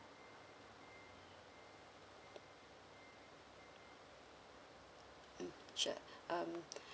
mm sure um